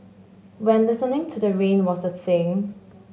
when listening to the rain was a thing